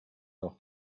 noch